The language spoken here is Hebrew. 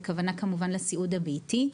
הכוונה לסיעוד הביתי,